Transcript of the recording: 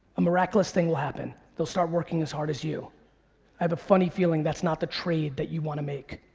a miraculous thing will happen. they'll start working as hard as you. i have a funny feeling that's not the trade that you wanna make.